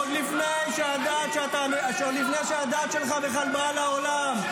עוד לפני שהדת שלך בכלל באה לעולם.